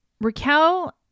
Raquel